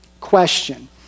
question